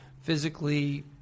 Physically